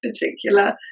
particular